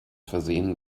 versehen